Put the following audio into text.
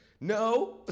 no